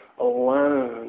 alone